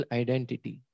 identity